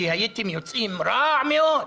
כי הייתם יוצאים רע מאוד,